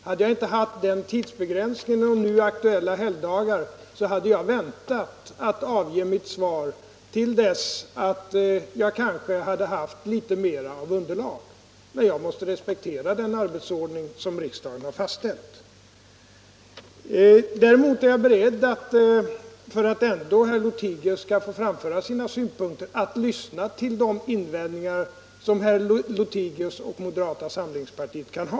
Hade jag inte haft den tidsbegränsningen och nu aktuella helgdagar att ta hänsyn till, hade jag väntat med att avge mitt svar till dess att jag kanske hade haft ett mera omfattande underlag, men jag måste respektera den arbetsordning som riksdagen har fastställt. Däremot är jag, för att herr Lothigius ändå skall få framföra sina synpunkter, villig att lyssna till de invändningar som han och moderata samlingspartiet kan ha.